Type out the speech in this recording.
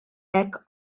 hekk